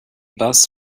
bus